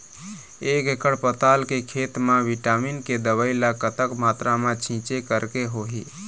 एक एकड़ पताल के खेत मा विटामिन के दवई ला कतक मात्रा मा छीचें करके होही?